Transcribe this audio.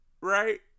right